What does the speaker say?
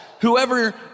whoever